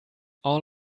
all